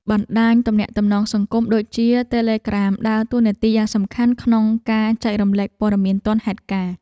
បណ្តាញទំនាក់ទំនងសង្គមដូចជាតេឡេក្រាមដើរតួនាទីយ៉ាងសំខាន់ក្នុងការចែករំលែកព័ត៌មានទាន់ហេតុការណ៍។